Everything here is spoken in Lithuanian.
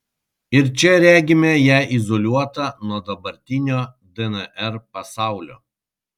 ir čia regime ją izoliuotą nuo dabartinio dnr pasaulio